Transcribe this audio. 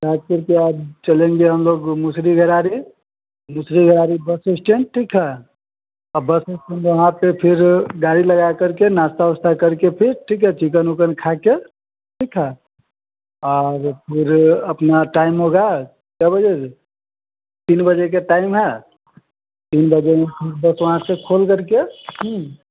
ताजपुर के बाद चलेंगे हम लोग मुसरिघरारी मुसरिघरारी बस स्टैन्ड ठीक है अब बस स्टैन्ड वहाँ पर फिर गाड़ी लगाकर के नाश्ता वाश्ता करके फिर ठीक है चिकन उकन खाकर ठीक है और फिर अपना टाइम होगा कए बजे तीन बजे के टाइम ना तीन बजे बस वहाँ से फुल करके हम